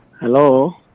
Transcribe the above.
Hello